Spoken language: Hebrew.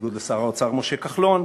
בניגוד לשר האוצר משה כחלון,